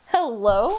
Hello